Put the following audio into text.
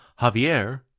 Javier